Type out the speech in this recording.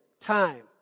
time